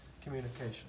communication